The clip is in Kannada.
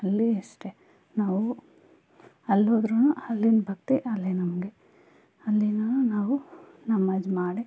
ಅಲ್ಲಿ ಅಷ್ಟೆ ನಾವು ಅಲ್ಲೋದ್ರೂ ಅಲ್ಲಿನ್ ಭಕ್ತಿ ಅಲ್ಲೇ ನಮಗೆ ಅಲ್ಲಿನ ನಾವು ನಮಾಜ್ ಮಾಡಿ